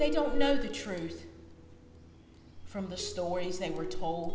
they don't know the truth from the stories they were told